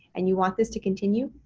and you want this to continue?